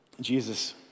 Jesus